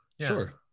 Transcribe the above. Sure